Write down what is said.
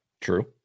true